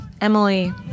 Emily